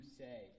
say